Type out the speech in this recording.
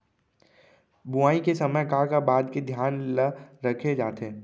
बुआई के समय का का बात के धियान ल रखे जाथे?